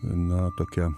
na tokia